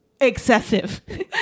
excessive